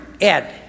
Ed